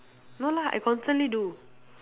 no lah I constantly do